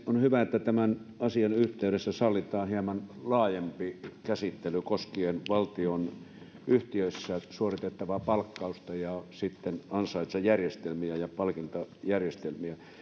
on hyvä että tämän asian yhteydessä sallitaan hieman laajempi käsittely koskien valtionyhtiöissä suoritettavaa palkkausta ja ansaintajärjestelmiä ja palkintajärjestelmiä